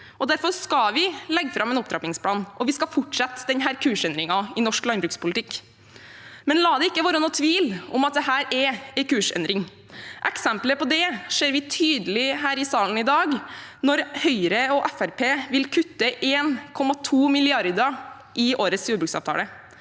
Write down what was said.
Derfor skal vi legge fram en opptrappingsplan, og vi skal fortsette denne kursendringen i norsk landbrukspolitikk. Og la det ikke være noe tvil om at dette er en kursendring. Eksempler på det ser vi tydelig her i salen i dag, når Høyre og Fremskrittspartiet vil kutte 1,2 mrd. kr i årets jordbruksavtale,